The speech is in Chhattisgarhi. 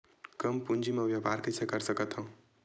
कम पूंजी म व्यापार कइसे कर सकत हव?